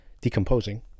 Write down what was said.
decomposing